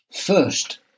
First